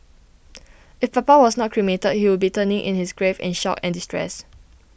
if papa was not cremated he would be turning in his grave in shock and distress